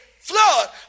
flood